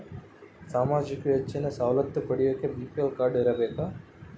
ಸಾಮಾಜಿಕ ಯೋಜನೆ ಸವಲತ್ತು ಪಡಿಯಾಕ ಬಿ.ಪಿ.ಎಲ್ ಕಾಡ್೯ ಇರಬೇಕಾ?